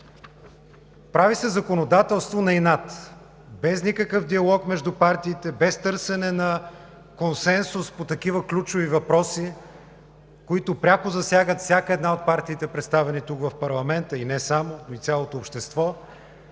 Прави се законодателство на инат – без никакъв диалог между партиите, без търсене на консенсус по такива ключови въпроси, които пряко засягат всяка една от партиите, представени тук в парламента и не само, а и цялото общество.